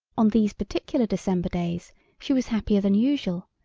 on these particular december days she was happier than usual,